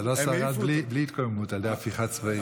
זה לא שרד בלי התקוממות על ידי הפיכה צבאית.